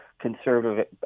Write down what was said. conservative